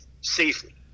safely